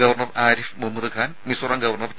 governor Arif Mohammad Khan Mizoram governor P